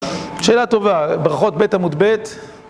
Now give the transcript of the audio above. שאלה טובה, ברכות בית המוטבט